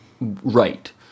right